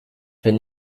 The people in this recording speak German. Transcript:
wenn